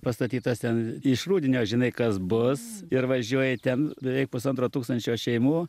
pastatytas ten iš rudenio žinai kas bus ir važiuoji ten beveik pusantro tūkstančio šeimų